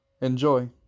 enjoy